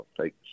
take